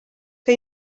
que